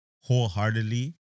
Wholeheartedly